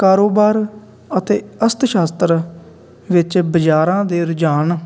ਕਾਰੋਬਾਰ ਅਤੇ ਅਸਤ ਸ਼ਾਸਤਰ ਵਿੱਚ ਬਾਜ਼ਾਰਾਂ ਦੇ ਰੁਝਾਨ